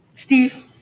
Steve